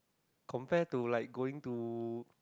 compare to like going to